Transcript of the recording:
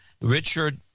Richard